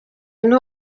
niho